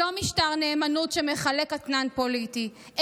היא לא משטר נאמנות שמחלק אתנן פוליטי,